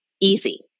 easy